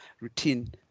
routine